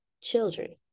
children